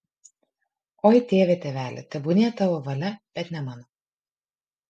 oi tėve tėveli tebūnie tavo valia bet ne mano